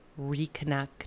reconnect